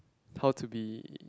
how to be